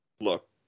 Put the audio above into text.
Look